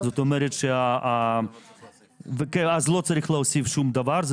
זאת אומרת שלא צריך להוסיף שום דבר.